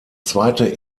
zweite